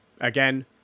again